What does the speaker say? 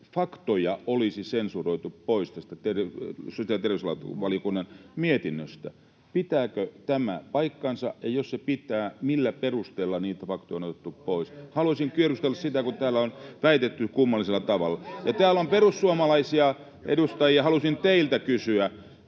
faktoja olisi sensuroitu pois tästä sosiaali- ja terveysvaliokunnan mietinnöstä. Pitääkö tämä paikkansa, ja jos se pitää, millä perusteella niitä faktoja on otettu pois? Halusin tiedustella sitä, kun täällä on väitetty kummallisella tavalla. [Ben Zyskowicz: Oikein sensuroitu!] Täällä on perussuomalaisia edustajia. Haluaisin teiltä kysyä: